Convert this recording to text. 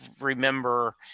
remember